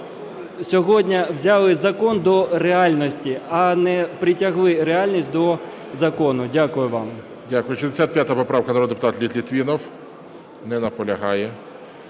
сьогодні взяли закон до реальності, а не притягли реальність до закону. Дякую вам. ГОЛОВУЮЧИЙ. Дякую. 65 поправка, народний депутат Літвінов. Не наполягає.